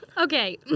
Okay